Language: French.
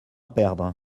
perdre